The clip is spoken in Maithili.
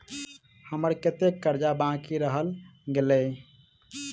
हम्मर कत्तेक कर्जा बाकी रहल गेलइ?